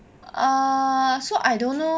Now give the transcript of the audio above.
ah so I don't know